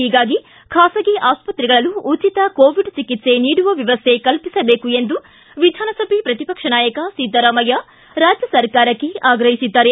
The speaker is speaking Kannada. ಒೀಗಾಗಿ ಖಾಸಗಿ ಆಸ್ತ್ರೆಗಳಲ್ಲೂ ಉಚಿತ ಕೋವಿಡ್ ಚಿಕಿತ್ಸ ನೀಡುವ ವ್ಯವಸ್ಥೆ ಕಲ್ಪಿಸಬೇಕು ಎಂದು ವಿಧಾನಸಭೆ ಪ್ರತಿಪಕ್ಷ ನಾಯಕ ಸಿದ್ದರಾಮಯ್ತ ರಾಜ್ಯ ಸರ್ಕಾರಕ್ಕೆ ಆಗ್ರಒಿಸಿದ್ದಾರೆ